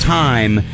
time